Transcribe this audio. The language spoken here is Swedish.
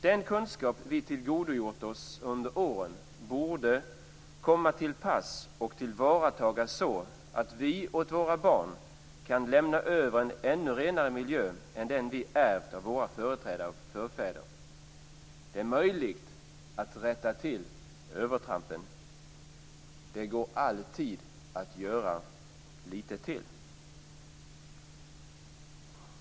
Den kunskap vi tillgodogjort oss under åren borde komma till pass och tillvaratas så att vi åt våra barn kan lämna över en ännu renare miljö än den vi ärvt av våra företrädare och förfäder. Det är möjligt att rätta till övertrampen. Det går alltid att göra lite till!